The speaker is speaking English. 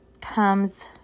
comes